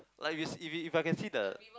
like you see if if I can see the